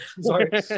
sorry